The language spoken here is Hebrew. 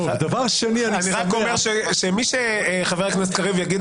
אני רק אומר שמי שחבר הכנסת קריב יגיד